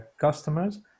customers